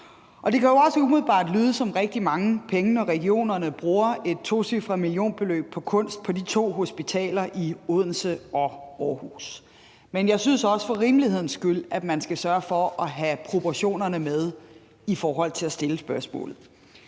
Det kan jo også umiddelbart lyde som rigtig mange penge, når regionerne bruger et tocifret millionbeløb på kunst på de to hospitaler i Odense og Aarhus. Men jeg synes også, at man for rimelighedens skyld skal sørge for at have proportionerne med i forhold til at stille spørgsmålet.